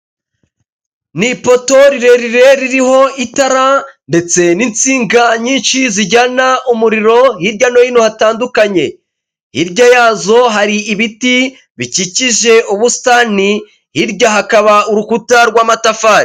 Ni ipoto rirerire ririho itara ndetse n'insinga nyinshi zijyana umuriro hirya no hino hatandukanye, hirya yazo hari ibiti bikikije ubusitani, hirya hakaba urukuta rw'amatafari.